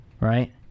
Right